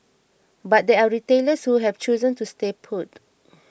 but there are retailers who have chosen to stay put